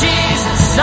Jesus